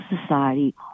society